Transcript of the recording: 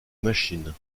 machines